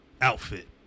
outfit